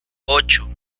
ocho